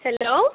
hello